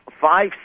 five